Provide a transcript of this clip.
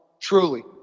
Truly